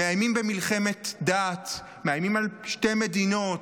מאיימים במלחמת דת, מאיימים על שתי מדינות,